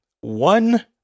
one